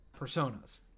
personas